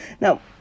Now